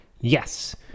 yes